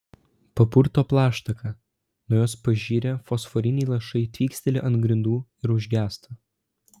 papurto plaštaką nuo jos pažirę fosforiniai lašai tvyksteli ant grindų ir užgęsta